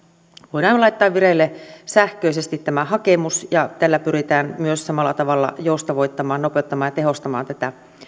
voidaan laittaa vireille sähköisesti tämä hakemus ja tällä pyritään samalla tavalla joustavoittamaan nopeuttamaan ja tehostamaan tätä